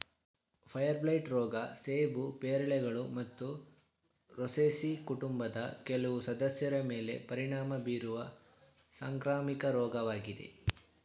fire blight ರೋಗ ಸೇಬು ಪೇರಳೆಗಳು ಮತ್ತು ರೋಸೇಸಿ ಕುಟುಂಬದ ಕೆಲವು ಸದಸ್ಯರ ಮೇಲೆ ಪರಿಣಾಮ ಬೀರುವ ಸಾಂಕ್ರಾಮಿಕ ರೋಗವಾಗಿದೆ